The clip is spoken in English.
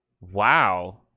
Wow